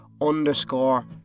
underscore